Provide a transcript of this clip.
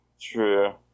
True